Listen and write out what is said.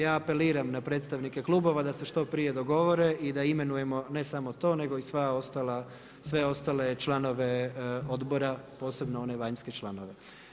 Ja apeliram na predstavnike klubova da se što prije dogovore i da imenujemo ne samo to, nego i sve otale članove odbora, posebno one vanjske članove.